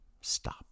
stop